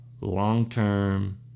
long-term